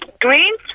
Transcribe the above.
greens